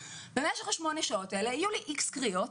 במשך 8 השעות האלה יהיו לי איקס קריאות,